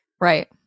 right